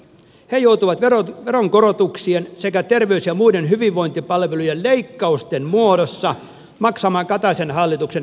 he joutuvat veronkorotuksien sekä terveys ja muiden hyvinvointipalvelujen leikkausten muodossa maksamaan kataisen hallituksen väärän politiikan